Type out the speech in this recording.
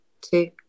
two